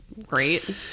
Great